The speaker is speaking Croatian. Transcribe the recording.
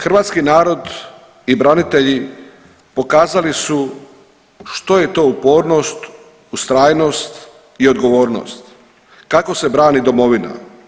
Hrvatski narod i branitelji pokazali su što je to upornost, ustrajnost i odgovornost, kako se brani domovina.